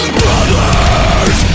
brothers